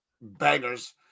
bangers